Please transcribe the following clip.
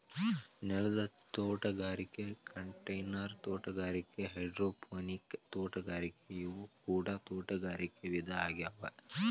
ನೆಲದ ತೋಟಗಾರಿಕೆ ಕಂಟೈನರ್ ತೋಟಗಾರಿಕೆ ಹೈಡ್ರೋಪೋನಿಕ್ ತೋಟಗಾರಿಕೆ ಇವು ಕೂಡ ತೋಟಗಾರಿಕೆ ವಿಧ ಆಗ್ಯಾವ